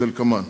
כדלקמן: